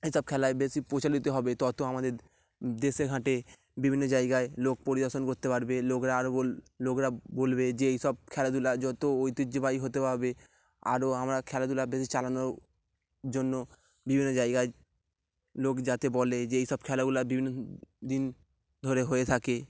এইসব খেলায় বেশি প্রচলিত হবে তত আমাদের দেশে ঘাটে বিভিন্ন জায়গায় লোক পরিদর্শন করতে পারবে লোকরা আরও বল লোকরা বলবে যে এই সব খেলাধুলা যত ঐতিহ্যবাহী হতে পারবে আরও আমরা খেলাধুলা বেশি চালানোর জন্য বিভিন্ন জায়গায় লোক যাতে বলে যে এই সব খেলাগুলো বিভিন্ন দিন ধরে হয়ে থাকে